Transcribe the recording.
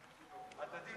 הדדי,